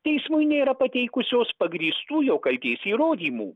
teismui nėra pateikusios pagrįstų jo kaltės įrodymų